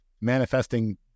manifesting